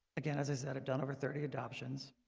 again as i said, i've done over thirty adoptions,